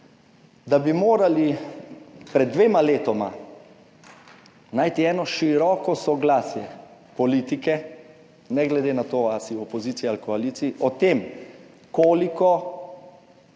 da bi morali pred dvema letoma najti eno široko soglasje politike, ne glede na to, ali si v opoziciji ali v koaliciji, o tem, koliko